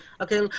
okay